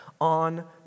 on